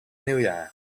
nieuwjaar